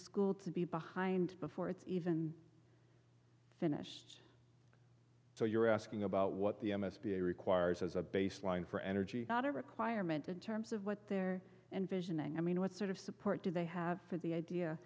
school to be behind before it's even finished so you're asking about what the m s b requires as a baseline for energy not a requirement in terms of what they're envisioning i mean what sort of support do they have for the idea